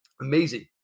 Amazing